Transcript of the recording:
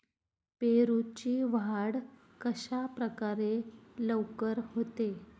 पेरूची वाढ कशाप्रकारे लवकर होते?